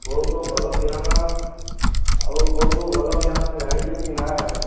କେଉଁ କେଉଁ ଭଲ ବିହନ ଆଉ କେଉଁ କେଉଁ ଭଲ ବିହନ ଜାଣିଛୁ କି ନାଁ